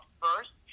first